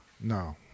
No